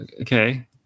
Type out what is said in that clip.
okay